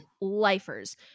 lifers